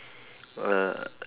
uh